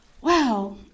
Wow